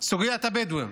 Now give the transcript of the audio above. סוגיית הבדואים.